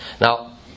Now